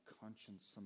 conscience